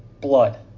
blood